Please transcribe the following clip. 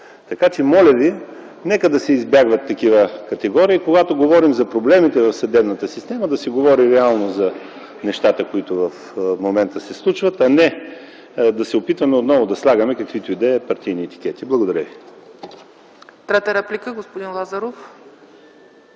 Пловдив. Моля Ви, нека да се избягват такива категории. Когато говорим за проблемите в съдебната система, да се говори реално за нещата, които в момента се случват, а не да се опитваме отново да слагаме каквито и да е партийни етикети. Благодаря. ПРЕДСЕДАТЕЛ ЦЕЦКА ЦАЧЕВА: Трета реплика – господин Лазаров.